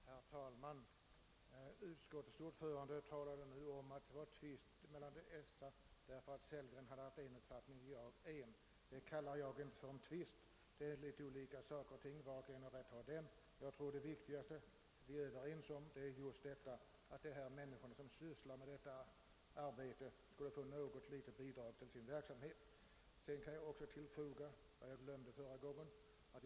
Herr talman! Utskottets ordförande sade att det förelåg en tvist eftersom herr Sellgren och jag hade olika uppfattningar i denna fråga. Det kallar jag inte för en tvist — var och en har rätt att ha sin åsikt. Jag tror att det är viktigt att vi är överens om att de människor som sysslar med detta arbete bör få något litet bidrag till sin verksamhet. Sedan vill jag tillfoga vad jag glömde att säga förra gången.